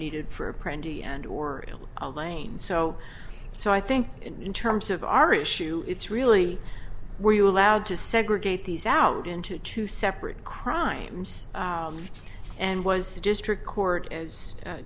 printer and or a lane so so i think in terms of our issue it's really were you allowed to segregate these out into two separate crimes and as the district court as